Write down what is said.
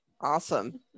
awesome